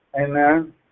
Amen